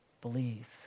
believe